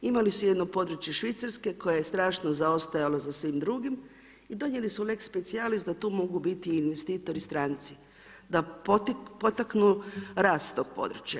Imali su jedno područje švicarske koje je strašno zaostajalo za svim drugim i donijeli su lex specijalis da tu mogu biti investitori stranci da potaknu rast tog područja.